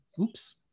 Oops